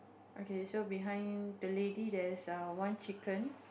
okay so behind the lady there's err one chicken